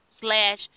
slash